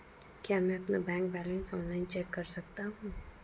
क्या मैं अपना बैंक बैलेंस ऑनलाइन चेक कर सकता हूँ?